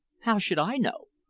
how should i know?